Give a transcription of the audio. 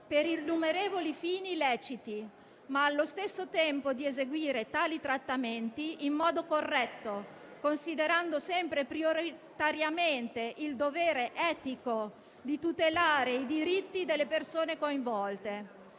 per innumerevoli fini leciti, ma allo stesso tempo di eseguire tali trattamenti in modo corretto, considerando sempre prioritariamente il dovere etico di tutelare i diritti delle persone coinvolte.